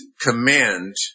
command